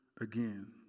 again